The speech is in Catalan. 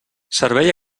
servei